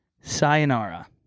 Sayonara